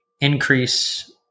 increase